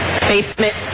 Basement